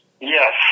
Yes